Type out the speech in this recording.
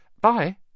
Bye